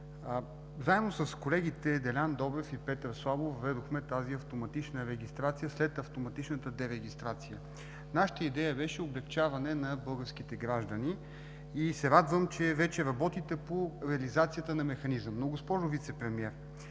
Заедно с колегите Делян Добрев и Петър Славов въведохме тази автоматична регистрация след автоматичната дерегистрация. Нашата идея беше облекчаване на българските граждани и се радвам, че вече работите по реализацията на механизма. Госпожо Вицепремиер,